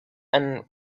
and